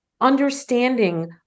Understanding